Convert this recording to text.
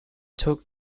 took